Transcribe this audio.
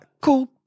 cool